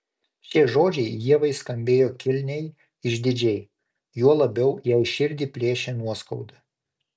šie žodžiai ievai skambėjo kilniai išdidžiai juo labiau jai širdį plėšė nuoskauda